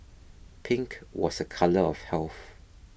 pink was a colour of health